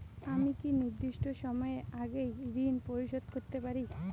আমি কি নির্দিষ্ট সময়ের আগেই ঋন পরিশোধ করতে পারি?